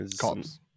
Cops